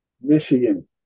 Michigan